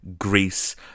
Greece